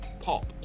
pop